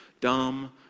dumb